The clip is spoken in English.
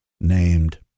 named